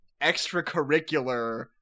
extracurricular